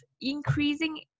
increasing